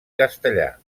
castellà